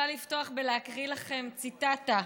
אני רוצה לפתוח בלהקריא לכם ציטטה: